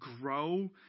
grow